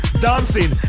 dancing